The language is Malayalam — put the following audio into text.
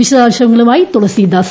വിശദാംശങ്ങളുമായി തുളസീദാസ്